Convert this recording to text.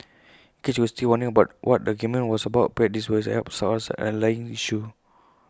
case you were still wondering bar what the argument was about perhaps this will help source the underlying issue